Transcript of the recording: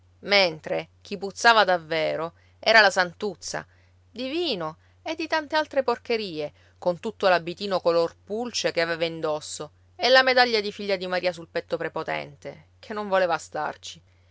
mentre chi puzzava davvero era la santuzza di vino e di tante altre porcherie con tutto l'abitino color pulce che aveva indosso e la medaglia di figlia di maria sul petto prepotente che non voleva starci